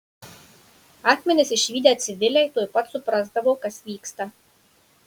akmenis išvydę civiliai tuoj pat suprasdavo kas vyksta